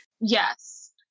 Yes